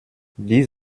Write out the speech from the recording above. dix